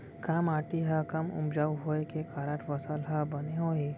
का माटी हा कम उपजाऊ होये के कारण फसल हा बने होही?